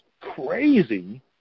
crazy